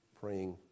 Praying